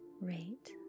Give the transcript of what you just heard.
rate